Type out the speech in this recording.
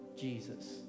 Jesus